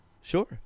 sure